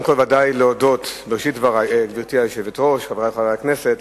גברתי היושבת-ראש, חברי חברי הכנסת,